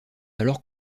alors